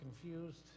confused